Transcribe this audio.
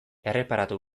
erreparatu